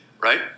right